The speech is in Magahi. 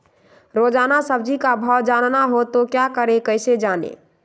रोजाना सब्जी का भाव जानना हो तो क्या करें कैसे जाने?